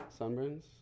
Sunburns